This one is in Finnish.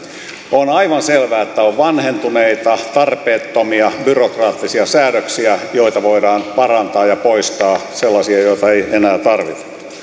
on aivan selvää että on vanhentuneita tarpeettomia byrokraattisia säädöksiä joita voidaan parantaa ja poistaa sellaisia joita ei enää tarvita